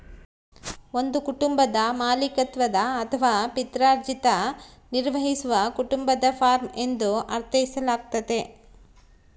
ಒಂದು ಕುಟುಂಬದ ಮಾಲೀಕತ್ವದ ಅಥವಾ ಪಿತ್ರಾರ್ಜಿತ ನಿರ್ವಹಿಸುವ ಕುಟುಂಬದ ಫಾರ್ಮ ಎಂದು ಅರ್ಥೈಸಲಾಗ್ತತೆ